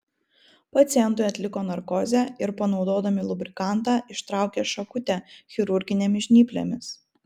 pacientui atliko narkozę ir panaudodami lubrikantą ištraukė šakutę chirurginėmis žnyplėmis